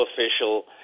official